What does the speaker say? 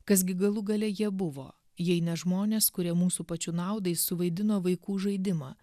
kas gi galų gale jie buvo jei ne žmonės kurie mūsų pačių naudai suvaidino vaikų žaidimą